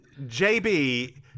JB